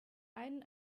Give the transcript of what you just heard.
einen